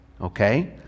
Okay